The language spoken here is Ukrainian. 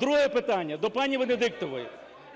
Друге питання до пані Венедіктової.